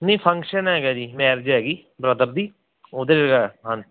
ਨਹੀਂ ਫੰਕਸ਼ਨ ਹੈਗਾ ਜੀ ਮੈਰਜ ਹੈਗੀ ਬਰਦਰ ਦੀ ਉਹਦੇ ਹਾਂਜੀ